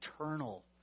eternal